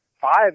five